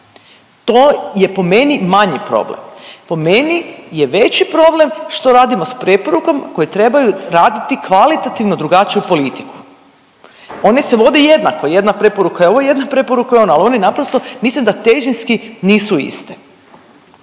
to je po meni manji problem. Po meni je veći problem što radimo s preporukom koje trebaju raditi kvalitativno drugačiju politiku. Oni se vode jednako. Jedna preporuka je ovo, jedna preporuka je ono, ali oni naprosto mislim da težinski nisu iste.